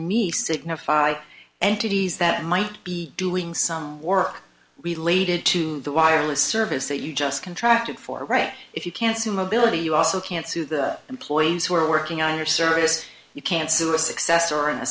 me signify entities that might be doing some work related to the wireless service that you just contract it for right if you can't sue mobility you also can't sue the employees who are working under service you can't sue a successor in a